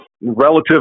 relative